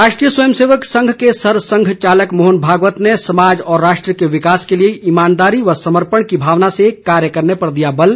राष्ट्रीय स्वयंसेवक संघ के सरसंघ चालक मोहन भागवत ने समाज और राष्ट्र के विकास के लिए ईमानदारी व समर्पण की भावना से कार्य करने पर दिया बल